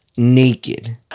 Naked